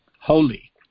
holy